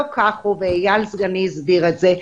לא כך הוא ואייל סגני הסביר את זה.